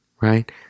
right